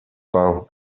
bar